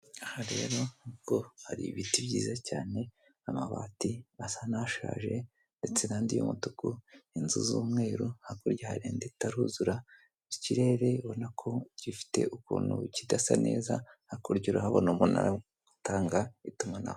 Aha rero hari ibiti byiza cyane n'amabati asa n'ashaje ndetse n'andi y'umutuku inzu z'umweru hakurya hari Indi itaruzura ikirere ubona ko gifite ukuntu kidasa neza hakurya urahabona umunara utanga itumanaho.